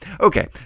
Okay